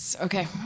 Okay